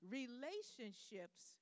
relationships